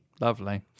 lovely